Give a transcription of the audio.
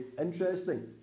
Interesting